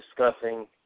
discussing